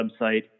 website